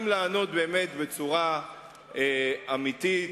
אם לענות בצורה אמיתית,